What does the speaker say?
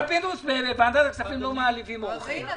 פינדרוס, בוועדת הכספים לא מעליבים אורחים.